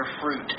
fruit